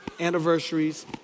Anniversaries